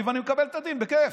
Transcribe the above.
ואני מקבל את הדין בכיף.